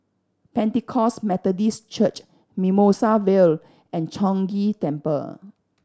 Pentecost Methodist Church Mimosa Vale and Chong Ghee Temple